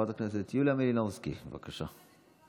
חברת הכנסת יוליה מלינובסקי, בבקשה.